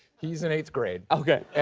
he's in eighth grade. okay.